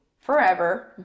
forever